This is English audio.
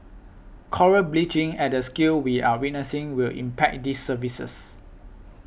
coral bleaching at the scale we are witnessing will impact these services